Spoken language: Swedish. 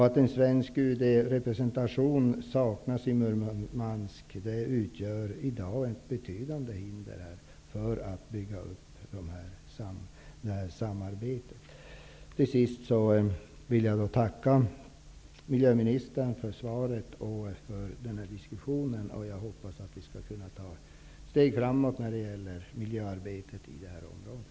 Att en svensk UD-representation saknas i Murmansk utgör i dag ett betydande hinder för att bygga upp detta samarbete. Jag vill till sist tacka miljöministern för svaret och för denna diskussion. Jag hoppas att vi skall kunna ta steg framåt när det gäller miljöarbetet i detta område.